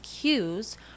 cues